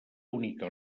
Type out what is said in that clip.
única